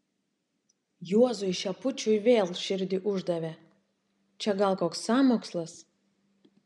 juozui šepučiui vėl širdį uždavė čia gal koks sąmokslas